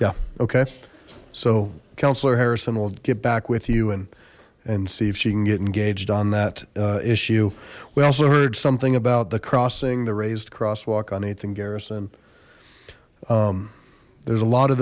yeah okay so councillor harrison will get back with you and and see if she can get engaged on that issue we also heard something about the crossing the raised crosswalk on th and garrison there's a lot of